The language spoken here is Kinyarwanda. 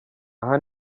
aha